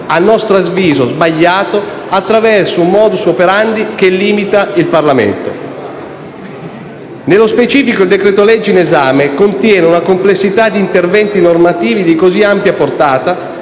a nostro avviso sbagliato - attraverso un *modus operandi* che limita il Parlamento. Nello specifico il decreto-legge in esame contiene una complessità d'interventi normativi di così ampia portata,